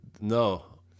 No